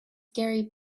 gary